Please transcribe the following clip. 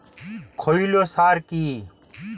খৈল সার কি?